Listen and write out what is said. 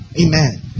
Amen